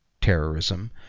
Terrorism